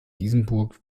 isenburg